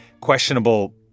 questionable